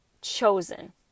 chosen